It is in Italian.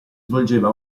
svolgeva